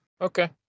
Okay